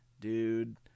Dude